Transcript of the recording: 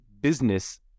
business